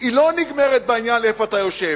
היא לא נגמרת בעניין של איפה אתה יושב,